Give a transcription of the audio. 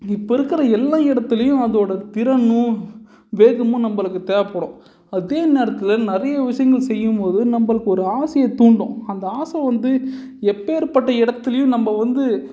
இப்போ இருக்கிற எல்லா இடத்துலையும் அதோடய திறனும் வேகமும் நம்மளுக்கு தேவைப்படும் அதே நேரத்தில் நிறையா விஷயங்கள் செய்யும் போது நம்மளுக்கு ஒரு ஆசையை தூண்டும் அந்த ஆசை வந்து எப்பேர்ப்பட்ட இடத்துலையும் நம்ம வந்து